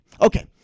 okay